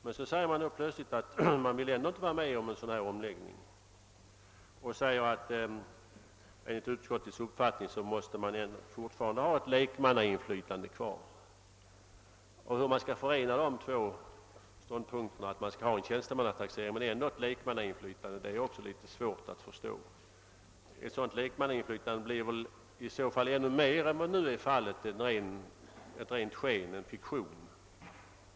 Men sedan säger utskottet helt överraskande att man ändå inte vill vara med om en omläggning utan anser att lekmannainflytandet skall bibehållas. Hur dessa två ståndpunkter — man har ingenting emot en tjänstemannataxering men vill ändå ha ett lekmannainflytande — skall kunna förenas är svårt att förstå. Ett sådant lekmannainflytande blir i ännu högre grad än nu är fallet en fiktion.